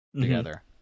together